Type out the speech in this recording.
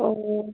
ও